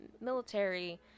military